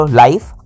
life